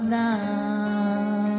now